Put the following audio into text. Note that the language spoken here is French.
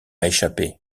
échappé